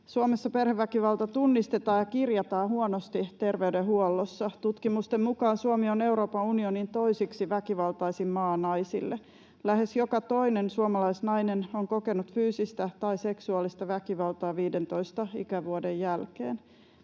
Suomessa perheväkivalta tunnistetaan ja kirjataan huonosti terveydenhuollossa. Tutkimusten mukaan Suomi on Euroopan unionin toiseksi väkivaltaisin maa naisille. Lähes joka toinen suomalaisnainen on kokenut fyysistä tai seksuaalista väkivaltaa 15 ikävuoden jälkeen.